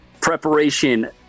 preparation